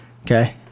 Okay